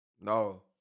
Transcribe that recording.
no